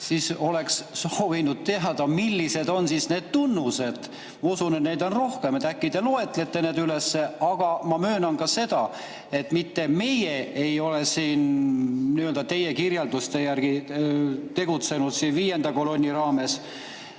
ole, oleks soovinud teada, millised on need tunnused. Ma usun, et neid on rohkem. Äkki te loetlete need üles? Aga ma möönan ka seda, et mitte meie ei ole siin teie kirjelduste järgi tegutsenud viienda kolonni raames,